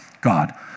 God